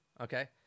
Okay